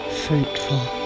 fruitful